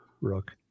Rook